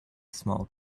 small